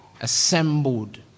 assembled